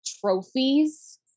trophies